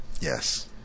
Yes